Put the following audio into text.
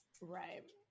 right